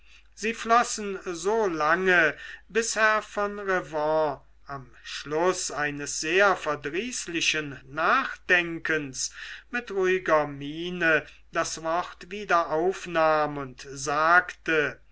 sie flossen so lange bis herr von revanne am schluß eines sehr verdrießlichen nachdenkens mit ruhiger miene das wort wieder aufnahm und sagte